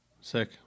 Sick